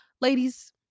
Ladies